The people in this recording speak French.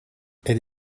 elle